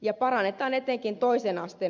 ja parannetaan etenkin toisen asteen opiskelijoiden toimeentuloa